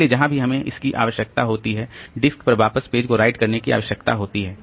इसलिए जहां भी हमें इसकी आवश्यकता होती है डिस्क पर वापस पेज को राइट करने की आवश्यकता होती है